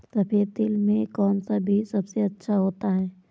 सफेद तिल में कौन सा बीज सबसे अच्छा होता है?